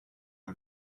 een